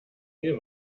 viel